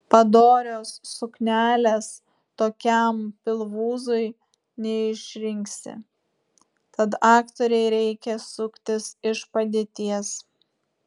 padorios suknelės tokiam pilvūzui neišrinksi tad aktorei reikia suktis iš padėties